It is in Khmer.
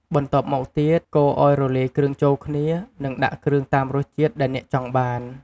បន្ទាប់មកទៀត កូរឱ្យរលាយគ្រឿងចូលគ្នា និងដាក់គ្រឿងតាមរសជាតិដែលអ្នកចង់បាន។